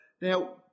now